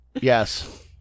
Yes